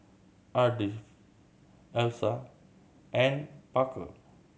Ardith Elsa and Parker